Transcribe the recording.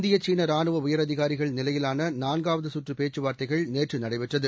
இந்திய சீன ரானுவ உயரதிகாரிகள் நிலையிலான நான்காவது சுற்று பேச்சுவார்தைகள் நேற்று நடைபெற்றது